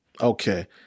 okay